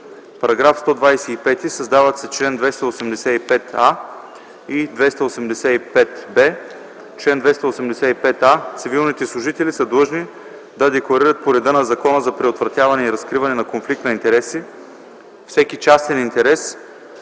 125: „§ 125. Създават се членове 285а и 285б: „Чл. 285а. (1) Цивилните служители са длъжни да декларират по реда на Закона за предотвратяване и разкриване на конфликт на интереси всеки частен интерес,